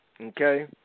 okay